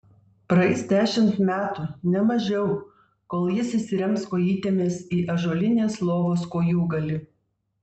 praeis dešimt metų ne mažiau kol jis įsirems kojytėmis į ąžuolinės lovos kojūgalį